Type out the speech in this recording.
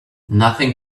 nothing